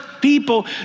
people